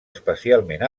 especialment